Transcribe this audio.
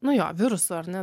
nu jo virusu ar ne